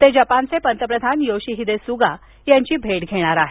ते जपानचे पंतप्रधान योशिहीदे सुगा यांची भेट घेणार आहेत